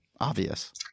obvious